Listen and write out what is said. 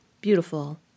beautiful